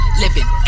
living